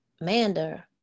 Manda